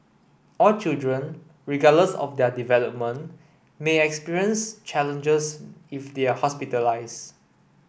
all children regardless of their development may experience challenges if they are hospitalised